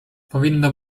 powinno